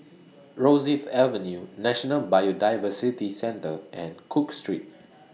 Rosyth Avenue National Biodiversity Centre and Cook Street